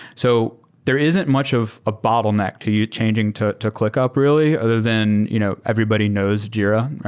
so there isn't much of a bottleneck to you changing to to clickup, really, other than you know everybody knows jira.